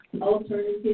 alternative